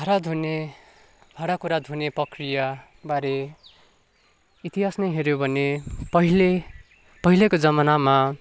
भाँडा धुने भाँडाकुँडा धुने प्रक्रिया बारे इतिहास नै हेऱ्यो भने पहिले पहिलेको जमानामा